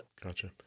Gotcha